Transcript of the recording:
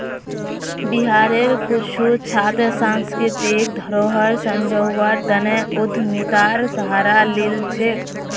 बिहारेर कुछु छात्र सांस्कृतिक धरोहर संजव्वार तने उद्यमितार सहारा लिल छेक